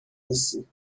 نیستی